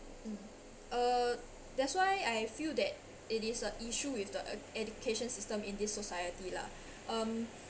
uh that's why I feel that it is a issue with the e~ education system in this society lah um